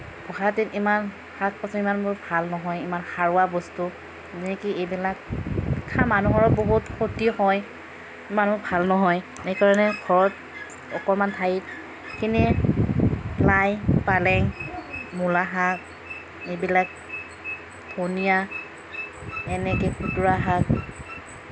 গুৱাহাটীত ইমান শাক পাচলি ইমানবোৰ ভাল নহয় ইমান সাৰুৱা বস্তু মানে কি এইবিলাক খাই মানুহৰো বহুত ক্ষতি হয় ইমানো ভাল নহয় সেইকাৰণে ঘৰত অকণমান ঠাইত এনেই লাই পালেং মূলা শাক এইবিলাক ধনিয়া এনেকে খুতুৰা শাক